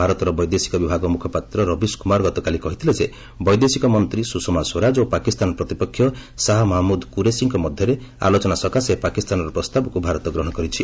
ଭାରତର ବୈଦେଶିକ ବିଭାଗ ମୁଖପାତ୍ର ରବିଶ କୁମାର ଗତକାଲି କହିଥିଲେ ଯେ ବୈଦେଶିକ ମନ୍ତ୍ରୀ ସୁଷମା ସ୍ୱରାଜ ଓ ପାକିସ୍ତାନ ପ୍ରତିପକ୍ଷ ସାହା ମାହମ୍ରଦ କୂରେସିଙ୍କ ମଧ୍ୟରେ ଆଲୋଚନା ସକାଶେ ପାକିସ୍ତାନର ପ୍ରସ୍ତାବକ୍ ଭାରତ ଗ୍ରହଣ କରିଛି